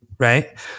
Right